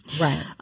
Right